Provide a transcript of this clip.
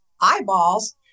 eyeballs